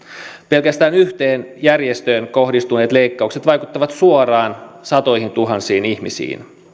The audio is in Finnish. kokonaan pelkästään yhteen järjestöön kohdistuneet leikkaukset vaikuttavat suoraan satoihintuhansiin ihmisiin